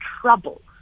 trouble